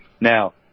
Now